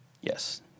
Yes